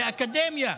זה אקדמיה.